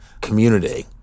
community